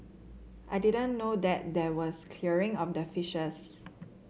I didn't know that there was clearing of the fishes